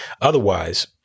Otherwise